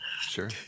sure